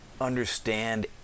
understand